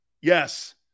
Yes